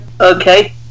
Okay